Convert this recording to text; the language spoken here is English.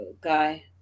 guy